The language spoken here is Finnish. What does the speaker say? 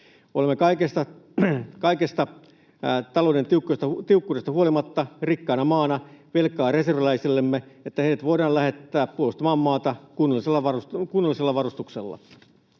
Olemme kaikesta talouden tiukkuudesta huolimatta rikkaana maana velkaa reserviläisillemme, että heidät voidaan lähettää puolustamaan maata kunnollisella varustuksella.